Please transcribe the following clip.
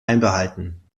einbehalten